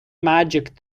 magic